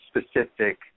specific